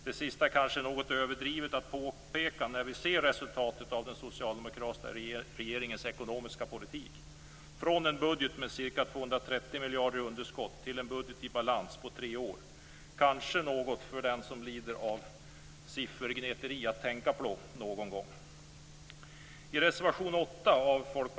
Det sista är kanske något överdrivet att påpeka när vi ser resultatet av den socialdemokratiska regeringens ekonomiska politik: från en budget med ca 230 miljarder i underskott till en budget i balans på tre år. Det är kanske något för dem som lider av siffergnetande att någon gång tänka på.